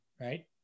right